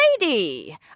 lady